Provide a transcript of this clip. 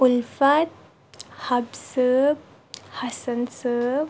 Ulfat Habba Sahab Hasan صٲبٔ